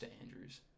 Andrews